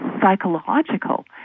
psychological